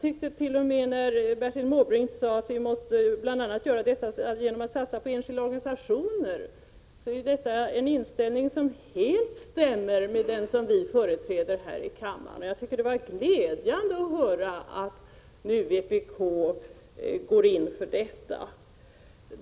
Bertil Måbrink sade också att det bör ske bl.a. genom att man satsar på enskilda organisationer, och det är en inställning som helt stämmer med den vi moderater företräder här i kammaren. Jag tycker att det var glädjande att höra att vpk nu går in för detta.